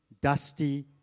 dusty